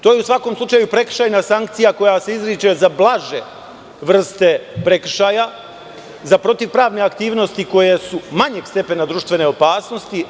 To je u svakom slučaju prekršajna sankcija koja se izriče za blaže vrste prekršaja, za protiv pravne aktivnosti koje su manjeg stepena društvene opasnosti.